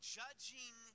judging